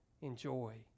enjoy